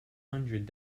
hundred